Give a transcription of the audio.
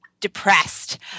depressed